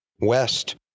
west